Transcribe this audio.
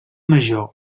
major